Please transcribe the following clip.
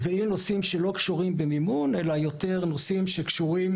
נושאים שלא קשורים במימון אלא יותר נושאים שקשורים